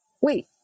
wait